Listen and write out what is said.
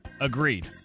Agreed